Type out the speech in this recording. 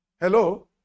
Hello